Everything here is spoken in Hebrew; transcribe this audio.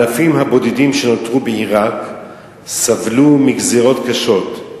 האלפים הבודדים שנותרו בעירק סבלו מגזירות קשות.